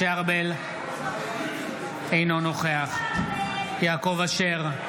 אינו נוכח יעקב אשר,